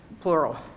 plural